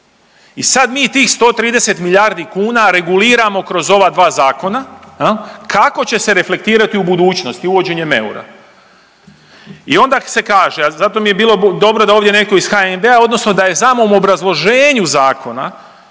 i sad mi tih 130 milijardi kuna reguliramo kroz ova dva zakona jel kako će se reflektirati u budućnosti uvođenjem eura. I onda se kaže, a zato bi bilo dobro da je ovdje neko iz HNB-a odnosno da je u samom obrazloženju zakona